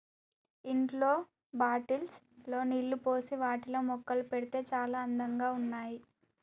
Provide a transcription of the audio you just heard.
ఇంట్లో బాటిల్స్ లో నీళ్లు పోసి వాటిలో మొక్కలు పెడితే చాల అందంగా ఉన్నాయి